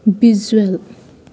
visual